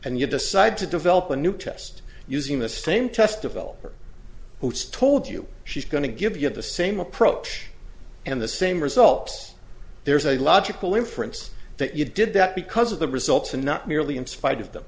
and you decide to develop a new test using the same test of all who told you she's going to give you the same approach and the same results there's a logical inference that you did that because of the results and not merely in spite of them